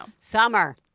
Summer